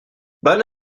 bonne